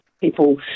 people